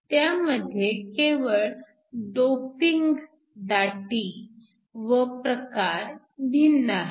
त्यामध्ये केवळ डोपिंग दाटी व प्रकार भिन्न आहेत